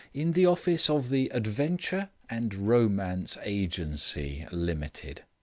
in the office of the adventure and romance agency, limited.